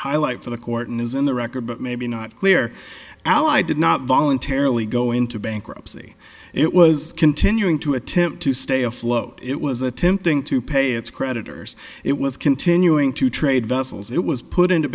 highlight for the court is in the record but maybe not clear how i did not voluntarily go into bankruptcy it was continuing to attempt to stay afloat it was attempting to pay its creditors it was continuing to trade vessels it was put into